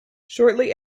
shortly